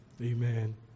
Amen